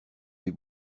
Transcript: des